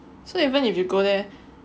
so even if you go there